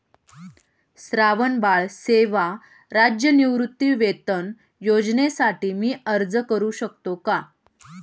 श्रावणबाळ सेवा राज्य निवृत्तीवेतन योजनेसाठी मी अर्ज करू शकतो का?